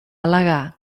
al·legar